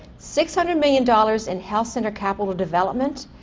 six hundred million dollars in health center capital development,